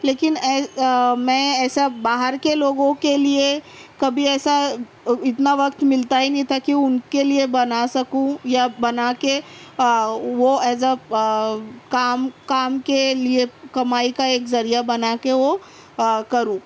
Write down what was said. لیکن میں ایسا باہر کے لوگوں کے لیے کبھی ایسا اتنا وقت ملتا ہی نہیں تھا کہ ان کے لیے بنا سکوں یا بنا کے وہ ایز اے کام کام کے لیے کمائی کا ایک ذریعہ بنا کے وہ کروں